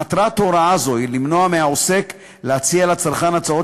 מטרת הוראה זו היא למנוע מהעוסק להציע לצרכן הצעות